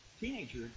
teenager